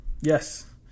Yes